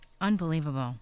Unbelievable